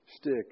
stick